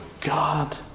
God